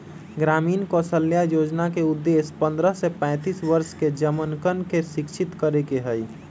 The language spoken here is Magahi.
ग्रामीण कौशल्या योजना के उद्देश्य पन्द्रह से पैंतीस वर्ष के जमनकन के शिक्षित करे के हई